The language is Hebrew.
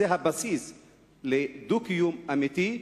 זה הבסיס לדו-קיום אמיתי,